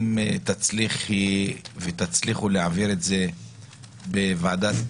אם תצליחי ותצליחו להעביר את זה בוועדת השרים,